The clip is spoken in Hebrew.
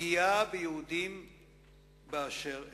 ולפגוע ביהודים באשר הם.